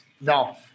No